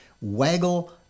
waggle